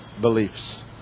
beliefs